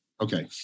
Okay